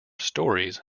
stories